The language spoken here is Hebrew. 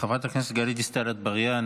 חברת הכנסת גלית דיסטל אטבריאן,